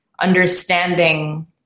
understanding